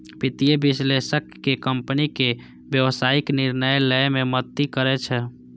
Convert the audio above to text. वित्तीय विश्लेषक कंपनी के व्यावसायिक निर्णय लए मे मदति करै छै